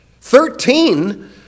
Thirteen